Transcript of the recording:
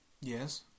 Yes